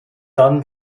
dann